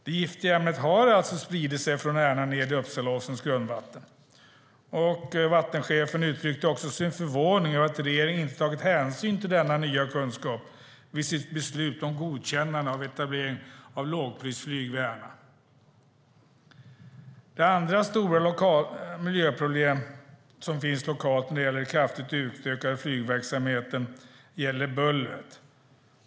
Det giftiga ämnet har alltså spridit sig från Ärna ned i Uppsalaåsens grundvatten. Vattenchefen uttryckte också sin förvåning över att regeringen inte tagit hänsyn till denna nya kunskap vid sitt beslut om godkännande av etablering av lågprisflyg vid Ärna. Det andra stora miljöproblem som finns lokalt när det gäller kraftigt utökad flygverksamhet är bullret.